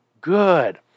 good